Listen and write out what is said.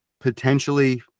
potentially